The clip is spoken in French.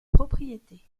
propriétés